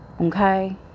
Okay